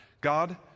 God